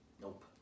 Nope